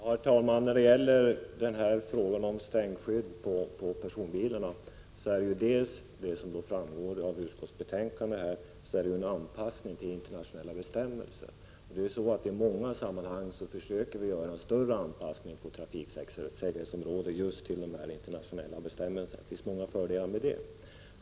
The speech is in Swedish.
Herr talman! När det gäller stänkskydd på personbilar är det, vilket framgår av utskottsbetänkandet, fråga om en anpassning till internationella bestämmelser. I många sammanhang försöker vi på trafiksäkerhetsområdet åstadkomma en större anpassning just till internationella bestämmelser. Vi ser många fördelar med det.